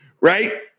right